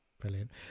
Brilliant